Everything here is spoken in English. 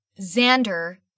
Xander